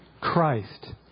Christ